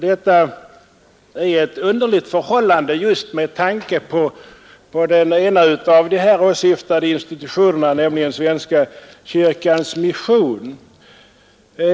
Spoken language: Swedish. Detta är ett underligt förhållande just med tanke på den ena av de i motionen åsyftade institutionerna, nämligen Svenska kyrkans missionsstyrelse.